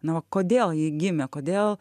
na va kodėl ji gimė kodėl